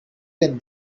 than